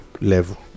level